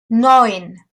neun